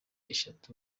eshatu